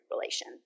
relation